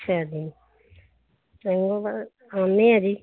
ਅੱਛਾ ਜੀ ਚਲੋ ਮੈਂ ਆਉਂਦੇ ਹਾਂ ਜੀ